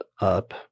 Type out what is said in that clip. up